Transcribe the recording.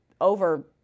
over